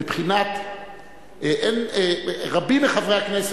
מבחינת רבים מחברי הכנסת,